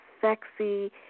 sexy